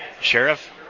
Sheriff